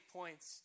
points